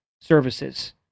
services